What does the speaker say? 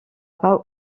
pas